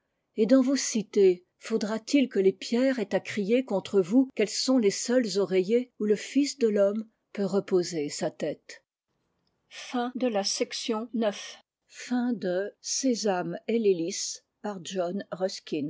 et dans vos cités faudra-t-il que les pierres aient à crier contre vous qu'elles sont les seuls oreillers où le fils de l'homme peut reposer sa tête